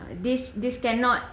this this cannot